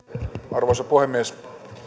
arvoisa puhemies täällä